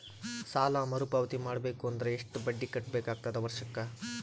ಸಾಲಾ ಮರು ಪಾವತಿ ಮಾಡಬೇಕು ಅಂದ್ರ ಎಷ್ಟ ಬಡ್ಡಿ ಕಟ್ಟಬೇಕಾಗತದ ವರ್ಷಕ್ಕ?